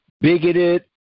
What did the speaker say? bigoted